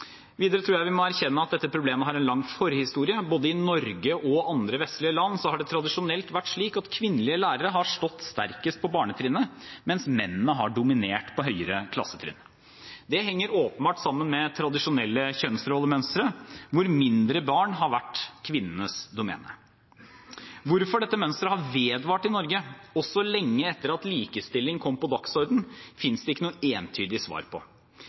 Videre tror jeg vi må erkjenne at dette problemet har en lang forhistorie. Både i Norge og i andre vestlige land har det tradisjonelt vært slik at kvinnelige lærere har stått sterkest på barnetrinnet, mens mennene har dominert på høyere klassetrinn. Det henger åpenbart sammen med tradisjonelle kjønnsrollemønstre, hvor mindre barn har vært kvinnenes domene. Hvorfor dette mønsteret har vedvart i Norge også lenge etter at likestilling kom på dagsordenen, finnes det ikke noe entydig svar på.